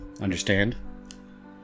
Understand